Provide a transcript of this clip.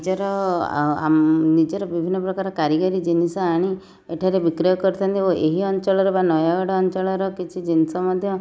ନିଜର ନିଜର ବିଭିନ୍ନ ପ୍ରକାର କାରିଗରୀ ଜିନିଷ ଆଣି ଏଠାରେ ବିକ୍ରୟ କରିଥାନ୍ତି ଓ ଏହି ଅଞ୍ଚଳର ବା ନୟାଗଡ଼ ଅଞ୍ଚଳର କିଛି ଜିନିଷ ମଧ୍ୟ